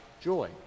joy